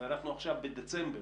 ואנחנו עכשיו בדצמבר,